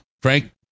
Frank